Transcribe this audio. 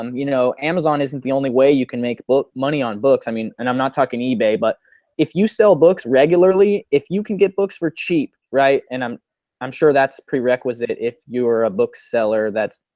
um you know, amazon isn't the only way you can make money on books. i mean and i'm not talking ebay but if you sell books regularly. if you can get books for cheap right and i'm i'm sure that's prerequisite if you're a bookseller that's.